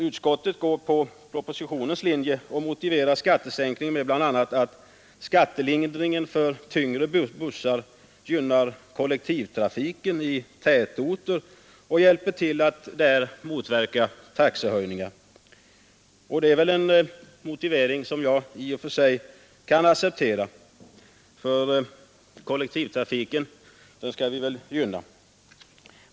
Utskottet går på propositionens linje och motiverar skattesänkningen bl.a. med att en skattelindring för tyngre bussar gynnar kollektivtrafiken i tätorter och hjälper till att där motverka taxehöjningar. Det är en motivering som jag i och för sig kan acceptera — kollektivtrafiken bör vi ju gynna.